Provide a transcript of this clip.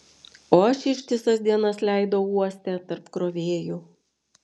o aš ištisas dienas leidau uoste tarp krovėjų